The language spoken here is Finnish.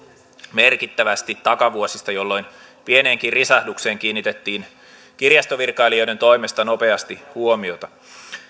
merkittävästi takavuosista jolloin pieneenkin risahdukseen kiinnitettiin kirjastovirkailijoiden toimesta nopeasti huomiota